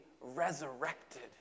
resurrected